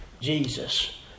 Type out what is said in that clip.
Jesus